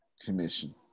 commission